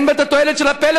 אין בו את התועלת של הפלאפון,